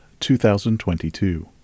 2022